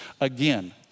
again